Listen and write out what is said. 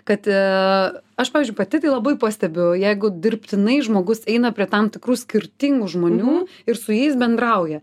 kad aš pavyzdžiui pati tai labai pastebiu jeigu dirbtinai žmogus eina prie tam tikrų skirtingų žmonių ir su jais bendrauja